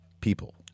people